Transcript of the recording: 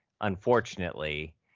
unfortunately